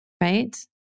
right